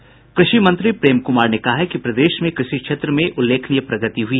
कृषि मंत्री प्रेम कुमार ने कहा है कि प्रदेश में कृषि क्षेत्र में उल्लेखनीय प्रगति हुई